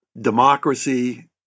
democracy